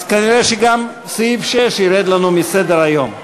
אז כנראה גם סעיף 6 ירד לנו מסדר-היום.